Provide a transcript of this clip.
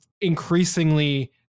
increasingly